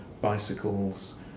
bicycles